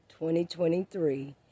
2023